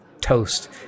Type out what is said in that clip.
toast